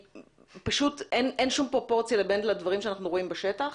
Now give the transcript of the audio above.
אין שום פרופורציה בדברים אותם אנחנו רואים בשטח.